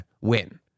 win